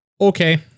Okay